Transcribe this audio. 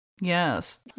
Yes